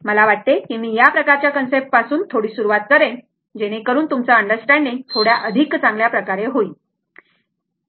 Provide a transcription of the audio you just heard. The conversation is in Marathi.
मला वाटते कि मी या प्रकारच्या कन्सेप्ट पासून थोडी सुरुवात करेन की तुमचा अंडरस्टँडिंग थोड्या अधिक चांगल्या प्रकारे होईल बरोबर